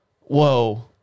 Whoa